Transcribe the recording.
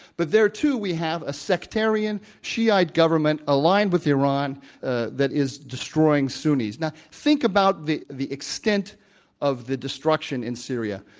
but there, too, we have a sectarian shiite government aligned with iran ah that is destroying sunnis. now, think about the the extent of the destruction in syria.